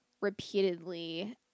repeatedly